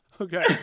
Okay